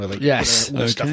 Yes